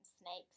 snakes